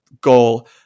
goal